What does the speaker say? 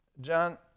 John